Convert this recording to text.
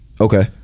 Okay